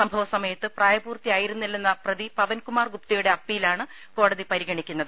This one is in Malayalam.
സംഭവസമയത്ത് പ്രായപൂർത്തിയായിരുന്നില്ലെന്ന പ്രതി പവൻകുമാർ ഗുപ്തയുടെ അപ്പീലാണ് കോടതി പരിഗണിക്കുന്നത്